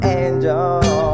angel